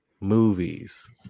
movies